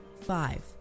five